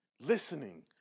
listening